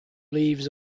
leaves